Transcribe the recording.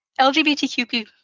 LGBTQ